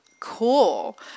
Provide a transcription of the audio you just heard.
cool